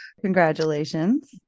Congratulations